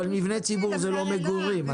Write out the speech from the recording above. מבנה ציבור זה לא מגורים.